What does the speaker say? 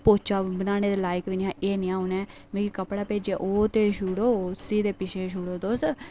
पोचा बनाने दे लाइक बी नेईंं हा ऐ नया उने मि कपड़ भेजेआ ओह् ते छोड़ो उसी ते पिच्छे छोड़ो तुस